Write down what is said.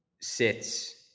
sits